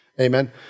Amen